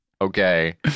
okay